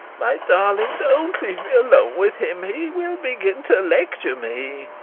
my darling, don't leave me alone with him. he will begin to lecture me.